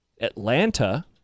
Atlanta